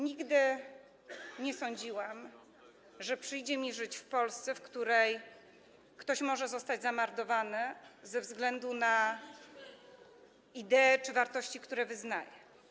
Nigdy nie sądziłam, że przyjdzie mi żyć w Polsce, w której ktoś może zostać zamordowany ze względu na idee czy wartości, które wyznaje.